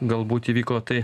galbūt įvyko tai